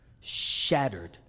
shattered